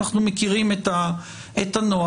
אנחנו מכירים את הנוהל.